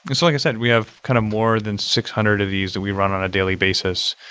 and so like i said, we have kind of more than six hundred of these that we run on a daily basis,